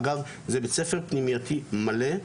אגב זה בית ספר פנימייתי מלא,